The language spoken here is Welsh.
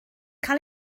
cael